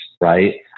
right